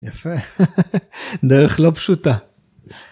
יפה דרך לא פשוטה.